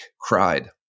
cried